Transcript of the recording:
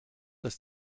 ist